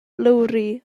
lowri